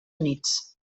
units